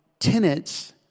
Tenets